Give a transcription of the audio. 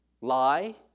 Lie